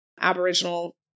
aboriginal